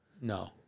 no